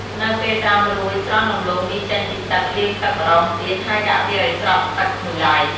នៅពេលត្រាំរួច ស្រង់ដំឡូងមីចេញពីទឹក លាងទឹកម្ដងទៀត ហើយដាក់វាឱ្យស្រក់ទឹកមួយឡែក។